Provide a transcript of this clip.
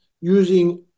using